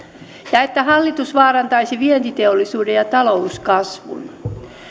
ja että hallitus vaarantaisi vientiteollisuuden ja ja talouskasvun